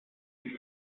die